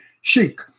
chic